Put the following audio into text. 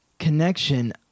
connection